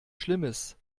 schlimmes